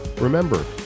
remember